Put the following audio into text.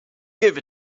give